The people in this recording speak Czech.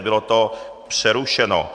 Bylo to přerušeno.